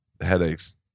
headaches